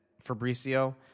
Fabrizio